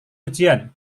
ujian